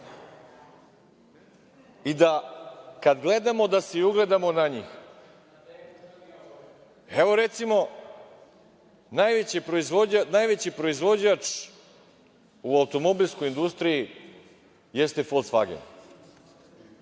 i da kad gledamo, da se i ugledamo na njih. Recimo, najveći proizvođač u automobilskoj industriji jeste "Folksvagen".